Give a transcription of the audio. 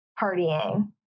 partying